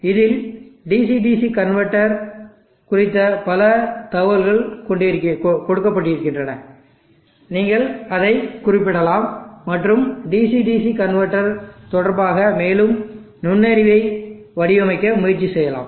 இதில் DC DC converter குறித்த பல தகவல்கள் கொடுக்கப்பட்டிருக்கின்றன நீங்கள் அதைக் குறிப்பிடலாம் மற்றும் DC DC கன்வெர்ட்டர் தொடர்பாக மேலும் நுண்ணறிவை வடிவமைக்க முயற்சி செய்யலாம்